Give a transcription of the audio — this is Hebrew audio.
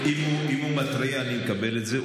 אם הוא מתריע, אני מקבל את זה.